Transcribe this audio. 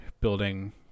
building